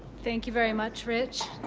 thank you very much, rich.